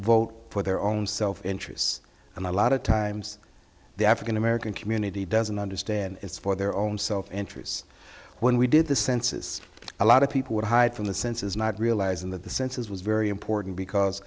vote for their own self interests and a lot of times the african american community doesn't understand it's for their own self interests when we did the census a lot of people would hide from the census not realizing that the census was very important because